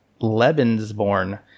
Lebensborn